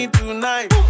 tonight